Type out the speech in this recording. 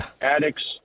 addicts